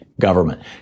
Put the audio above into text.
government